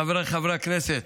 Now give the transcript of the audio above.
חבריי חברי הכנסת,